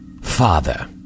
father